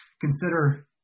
consider